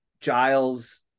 Giles